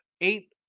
Eight